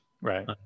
Right